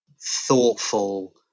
thoughtful